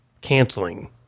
canceling